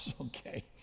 okay